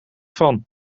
van